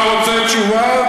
אתה רוצה תשובה?